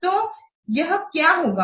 तो यहाँ क्या होगा